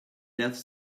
death